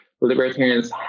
libertarians